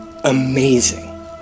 amazing